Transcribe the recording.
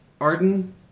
Arden